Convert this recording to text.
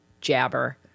jabber